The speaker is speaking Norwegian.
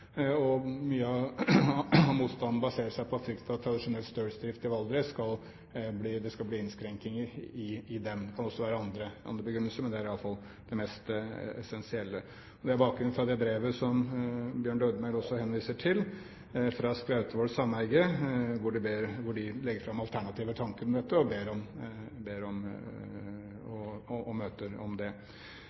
Mye av motstanden baserer seg på frykt for at det skal bli innskrenkninger i tradisjonell stølsdrift i Valdres. Det kan også være andre begrunnelser, men det er i alle fall det mest essensielle. Med bakgrunn i det brevet som Bjørn Lødemel henviser til, fra Skrautvål sameige, hvor de legger fram alternative tanker om dette og ber om møte om